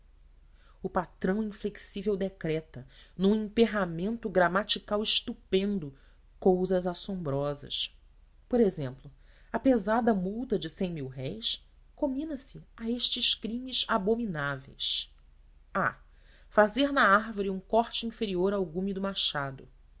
o patrão inflexível decreta num emperramento gramatical estupendo coisas assombrosas por exemplo a pesada multa de cem mil-réis comidas a estes crimes abomináveis a fazer na árvore um corte inferior ao gume do machado